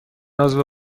عضو